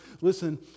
listen